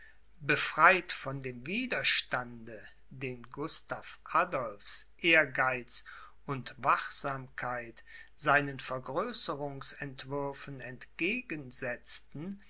befreit von dem widerstande den gustav adolphs ehrgeiz und wachsamkeit seinen vergrößerungsentwürfen entgegen